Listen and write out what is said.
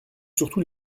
surtout